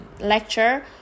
lecture